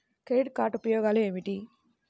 Credit card ఉపయోగాలు ఏమిటి?